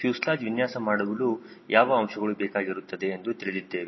fuselage ವಿನ್ಯಾಸಮಾಡಲು ಯಾವ ಅಂಶಗಳು ಬೇಕಾಗಿರುತ್ತದೆ ಎಂದು ತಿಳಿದಿದ್ದೇವೆ